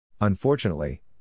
Unfortunately